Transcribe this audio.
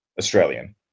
Australian